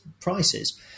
prices